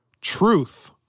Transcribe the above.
Truth